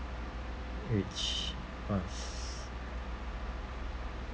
which was